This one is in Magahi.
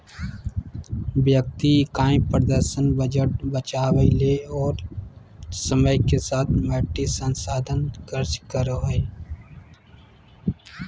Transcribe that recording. व्यक्ति इकाई प्रदर्शन बजट बचावय ले और समय के साथ मौद्रिक संसाधन खर्च करो हइ